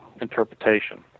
interpretation